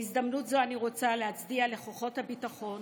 בהזדמנות זו אני רוצה להצדיע לכוחות הביטחון,